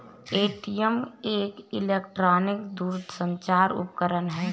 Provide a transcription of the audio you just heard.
ATM एक electronic दूरसंचार उपकरण है